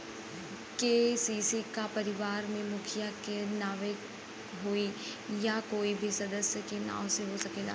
KCC का परिवार के मुखिया के नावे होई या कोई भी सदस्य के नाव से हो सकेला?